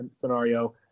scenario